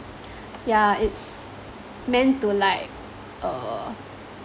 yeah it's meant to like uh